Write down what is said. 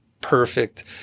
perfect